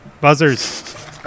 Buzzers